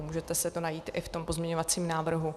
Můžete si to najít i v tom pozměňovacím návrhu.